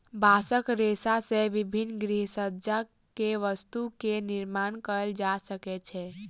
बांसक रेशा से विभिन्न गृहसज्जा के वस्तु के निर्माण कएल जा सकै छै